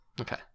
Okay